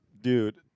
Dude